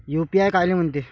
UPI कायले म्हनते?